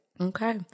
Okay